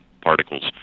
particles